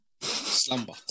slumber